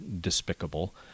despicable